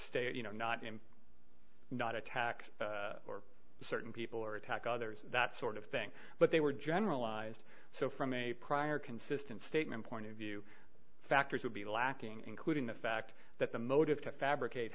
state you know not in not attack or certain people or attack others that sort of thing but they were generalized so from a prior consistent statement point of view factors would be lacking including the fact that the motive to fabricate